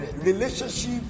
relationship